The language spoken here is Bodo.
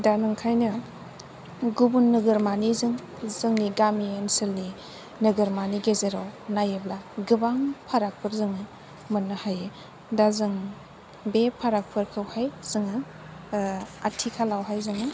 दा ओंखायनो गुबुन नोगोरमानिजों जोंनि गामिनि ओनसोलनि नोगोरमानि गेजेराव नायोब्ला गोबां फारागफोर जों मोननो हायो दा जों बे फारागफोरखौ हाय जोङो आथिखालावहाय जोङो